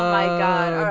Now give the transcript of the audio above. my god oh,